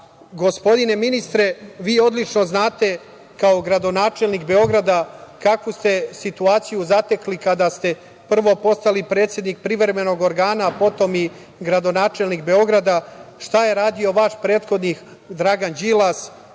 bolnice. Gospodine ministre, vi odlično znate kao gradonačelnik Beograda kakvu ste situaciju zatekli kada ste prvo postali predsednik privremenog organa, a potom i gradonačelnik Beograda, šta je radio vaš prethodnik Dragan Đilas